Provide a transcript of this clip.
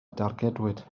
dargedwyd